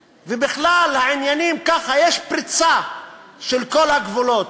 ובכלל, העניינים, ככה, יש פריצה של כל הגבולות.